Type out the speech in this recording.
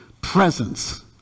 presence